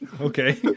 Okay